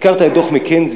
הזכרת את דוח "מקינזי".